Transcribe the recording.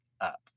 up